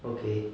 okay